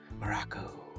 Morocco